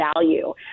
value